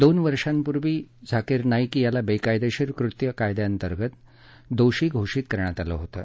दोन वर्षापूर्वी झाकीर नाईक याला बेकायदेशीर कृत्य कायद्यांतर्गत दोषी घोषित करण्यात आलं होतं